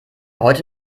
heute